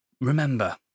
remember